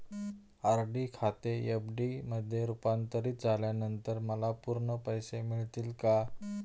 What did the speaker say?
RD खाते FD मध्ये रुपांतरित झाल्यानंतर मला पूर्ण पैसे मिळतील का?